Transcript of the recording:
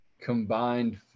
combined